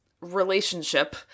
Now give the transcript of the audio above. relationship